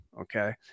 Okay